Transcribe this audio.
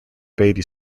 beatty